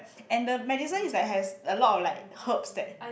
and the medicine is like has a lot of like herbs that